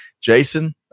Jason